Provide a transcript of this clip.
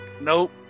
nope